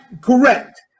correct